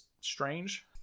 strange